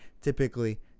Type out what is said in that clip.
typically